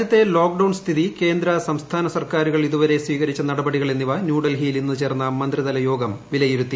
രാജ്യത്തെ ലോക്ക്ഡൌൺ സ്ഥിതി കേന്ദ്ര സിംസ്ഥാന സർക്കാരുകൾ ഇതുവരെ സ്വീകരിച്ച നടപടികൾ എണ്ണിപ്പ ്ന്യൂഡൽഹിയിൽ ഇന്ന് ചേർന്ന മന്ത്രിതല യോഗം വിലയിരുത്തി